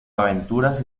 aventuras